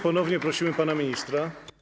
Ponownie prosimy pana ministra.